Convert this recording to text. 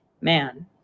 Man